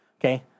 okay